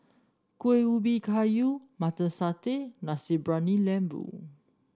Kueh Ubi Kayu Mutton Satay Nasi Briyani Lembu